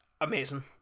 amazing